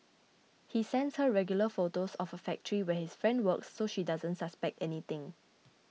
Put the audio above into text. he sends her regular photos of a factory where his friend works so she doesn't suspect anything